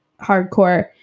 hardcore